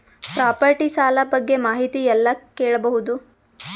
Property ಸಾಲ ಬಗ್ಗೆ ಮಾಹಿತಿ ಎಲ್ಲ ಕೇಳಬಹುದು?